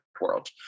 world